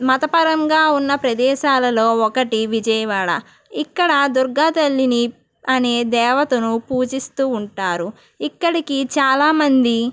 మతపరంగా ఉన్న ప్రదేశాలలో ఒకటి విజయవాడ ఇక్కడ దుర్గా తల్లిని అనే దేవతను పూజిస్తూ ఉంటారు ఇక్కడికి చాలా మంది